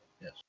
Yes